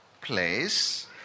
place